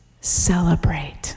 celebrate